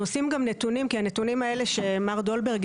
אנחנו עושים גם נתונים כי הנתונים שמר דולברג